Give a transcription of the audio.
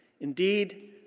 Indeed